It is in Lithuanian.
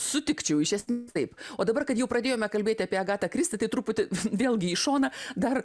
sutikčiau iš esmės taip o dabar kad jau pradėjome kalbėti apie agatą kristi tai truputį vėlgi į šoną dar